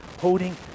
holding